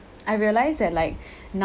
I realise that like